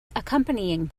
accompanying